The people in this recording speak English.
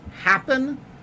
happen